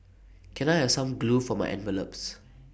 can I have some glue for my envelopes